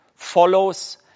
follows